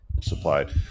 supplied